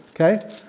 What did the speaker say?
okay